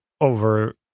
over